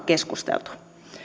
keskusteltu